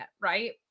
Right